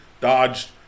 dodged